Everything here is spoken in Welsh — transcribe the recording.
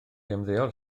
ymddeol